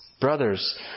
Brothers